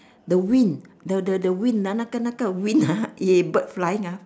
the wing the the the wing 那个那个 wing ah yit eh the bird flying ah